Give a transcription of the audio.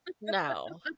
No